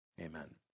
Amen